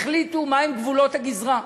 החליטו מה הם גבולות הגזרה,